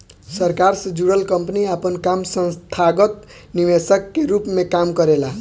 सरकार से जुड़ल कंपनी आपन काम संस्थागत निवेशक के रूप में काम करेला